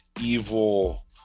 evil